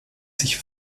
sich